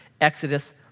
Exodus